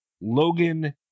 Logan